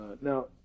now